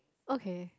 okay